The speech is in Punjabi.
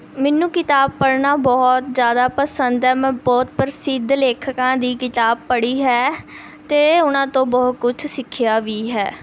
ਮੈਨੂੰ ਕਿਤਾਬ ਪੜ੍ਹਨਾ ਬਹੁਤ ਜ਼ਿਆਦਾ ਪਸੰਦ ਹੈ ਮੈਂ ਬਹੁਤ ਪ੍ਰਸਿੱਧ ਲੇਖਕਾਂ ਦੀ ਕਿਤਾਬ ਪੜ੍ਹੀ ਹੈ ਅਤੇ ਉਹਨਾਂ ਤੋਂ ਬਹੁਤ ਕੁਝ ਸਿੱਖਿਆ ਵੀ ਹੈ